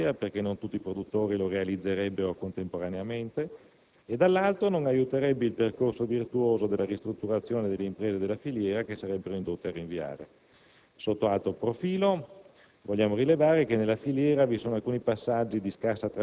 La gradualità del disaccoppiamento infatti, da un lato farebbe perdere finanziamenti all'Italia, perché non tutti i produttori lo realizzerebbero contemporaneamente, dall'altro non aiuterebbe il percorso virtuoso della ristrutturazione delle imprese della filiera, che sarebbero indotte a rinviare.